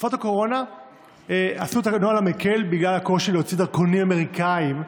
בתקופת הקורונה עשו את הנוהל המקל בגלל הקושי להוציא דרכונים אמריקאיים,